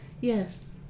yes